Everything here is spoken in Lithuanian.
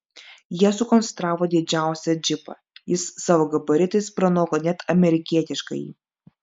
jie sukonstravo didžiausią džipą jis savo gabaritais pranoko net amerikietiškąjį